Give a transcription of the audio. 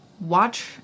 watch